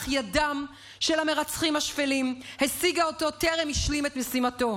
אך ידם של המרצחים השפלים השיגה אותו טרם השלים את משימתו.